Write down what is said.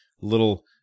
little